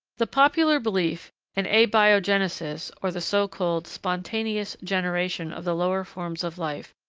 the popular belief in abiogenesis, or the so-called spontaneous generation of the lower forms of life,